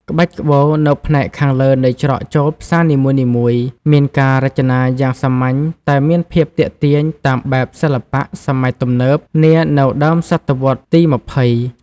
ក្បាច់ក្បូរនៅផ្នែកខាងលើនៃច្រកចូលផ្សារនីមួយៗ មានការរចនាយ៉ាងសាមញ្ញតែមានភាពទាក់ទាញតាមបែបសិល្បៈសម័យទំនើបនានៅដើមសតវត្សរ៍ទី ២០។